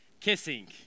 kissing